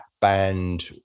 band